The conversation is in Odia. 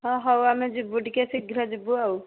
ହଁ ହଉ ଆମେ ଯିବୁ ଟିକିଏ ଶୀଘ୍ର ଯିବୁ ଆଉ